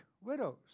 widows